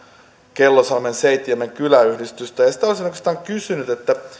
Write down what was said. kellosalmi seitniemi virmailan kyläyhdistystä sitä olisin oikeastaan kysynyt